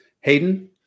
Hayden